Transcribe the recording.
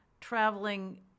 traveling